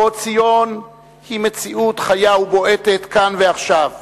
בעוד ציון היא מציאות חיה ובועטת, כאן ועכשיו.